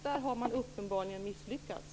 Där har man uppenbarligen misslyckats.